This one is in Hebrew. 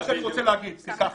--- סליחה,